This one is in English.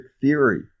theory